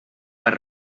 per